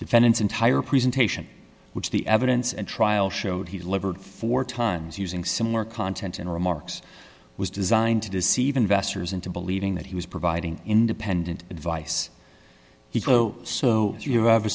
defendant's entire presentation which the evidence and trial showed he labored four times using similar content and remarks was designed to deceive investors into believing that he was providing independent advice he'd go so your adve